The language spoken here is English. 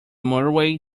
motorway